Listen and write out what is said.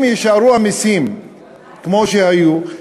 אם יישארו המסים כמו שהיו,